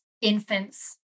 infants